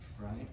right